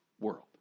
world